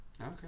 Okay